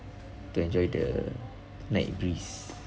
to enjoy the night breeze